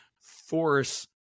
force